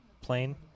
plane